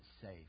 safe